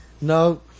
No